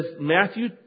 Matthew